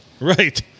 Right